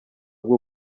bwo